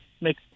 make